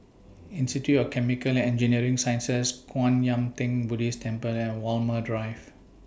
Institute of Chemical and Engineering Sciences Kwan Yam Theng Buddhist Temple and Walmer Drive